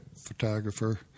photographer